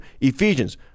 Ephesians